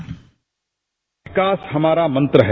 bite विकास हमारा मंत्र है